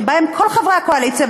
כשבאים כל חברי הקואליציה,